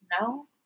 No